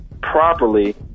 properly